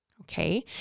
okay